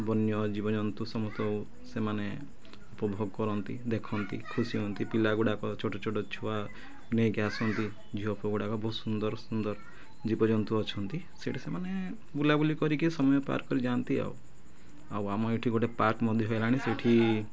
ବନ୍ୟ ଜୀବଜନ୍ତୁ ସମସ୍ତଙ୍କୁ ସେମାନେ ଉପଭୋଗ କରନ୍ତି ଦେଖନ୍ତି ଖୁସି ହୁଅନ୍ତି ପିଲା ଗୁଡ଼ାକ ଛୋଟ ଛୋଟ ଛୁଆ ନେଇକି ଆସନ୍ତି ଝିଅପୁଅ ଗୁଡ଼ାକ ବହୁତ ସୁନ୍ଦର ସୁନ୍ଦର ଜୀବଜନ୍ତୁ ଅଛନ୍ତି ସେଠି ସେମାନେ ବୁଲାବୁଲି କରିକି ସମୟ ପାର୍ କରି ଯାଆନ୍ତି ଆଉ ଆଉ ଆମ ଏଠି ଗୋଟେ ପାର୍କ ମଧ୍ୟ ହେଲାଣି ସେଠି